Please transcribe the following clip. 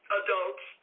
adults